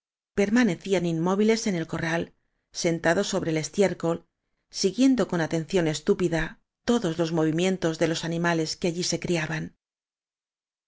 permanecían inmóviles en el co rral sentados sobre el estiércol siguiendo con atención estúpida todos los movimientos de los animales que allí se criaban